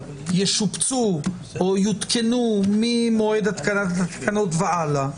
ישופצו או יותקנו ממועד התקנת התקנות והלאה,